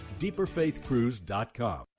deeperfaithcruise.com